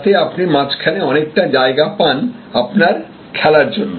যাতে আপনি মাঝখানে অনেকটা জায়গা পান আপনার খেলার জন্য